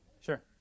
Sure